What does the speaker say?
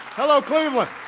hello, cleveland.